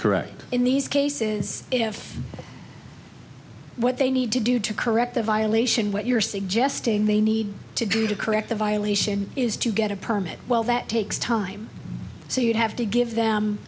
correct in these cases if what they need to do to correct the violation what you're suggesting they need to do to correct the violation is to get a permit well that takes time so you'd have to give them